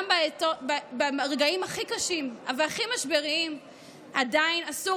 גם ברגעים הכי קשים והכי משבריים עדיין אסור